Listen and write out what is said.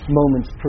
moments